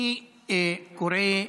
אני קורא,